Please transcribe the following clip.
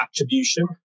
attribution